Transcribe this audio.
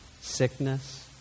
sickness